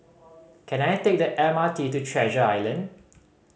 can I take the M R T to Treasure Island